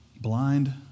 blind